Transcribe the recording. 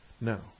No